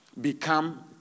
become